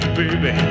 baby